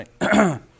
right